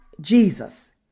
Jesus